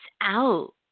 out